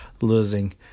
losing